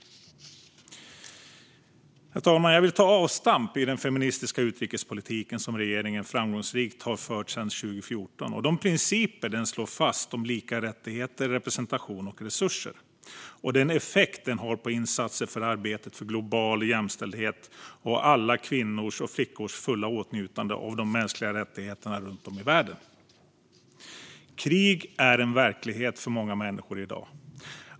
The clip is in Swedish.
Herr talman! Jag vill ta avstamp i den feministiska utrikespolitiken som regeringen framgångsrikt har fört sedan 2014 och de principer som den slår fast om lika rättigheter, representation och resurser och den effekt den har på insatser för arbetet för global jämställdhet och alla kvinnors och flickors fulla åtnjutande av de mänskliga rättigheterna runt om i världen. Krig är en verklighet för många människor i dag.